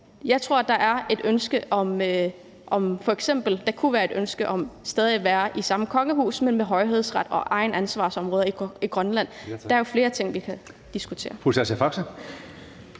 Jeg tror, at der kunne være et ønske om f.eks. stadig at have samme kongehus, men med højhedsret og egne ansvarsområder i Grønland. Der er flere ting, vi kan diskutere.